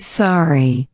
sorry